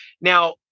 Now